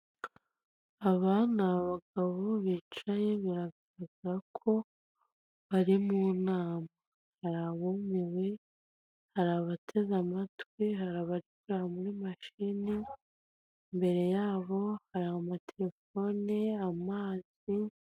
Ikoranabuhanga ni ryiza ryakemuye byinshi ndetse ryatugejeje kuri byinshi mu iterambere, icyo ushatse gukora cyose iyo ugikoze oniliyini cyangwa se ukagikorera kuri mudasobwa uba wizeye ko byanga bikunda kizageraho kigomba kugaragara kandi kikagaragarira ku gihe kigasubizwa neza.